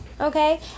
okay